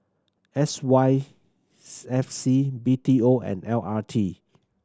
S Y F C B T O and L R T